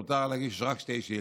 מותר להגיש רק שתי שאילתות,